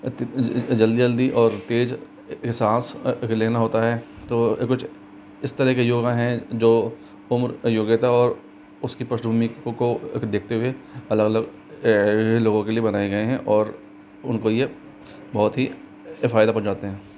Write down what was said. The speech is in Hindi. जल्दी जल्दी और तेज़ साँस लेना होता है तो कुछ इस तरह के योग है जो उम्र योग्यता और उस की पृष्ठभूमि को देखते हुए अलग अलग लोगों के लिए बनाए गए हैं और उन को यह बहुत ही फ़ायदा पहुंचाते हैं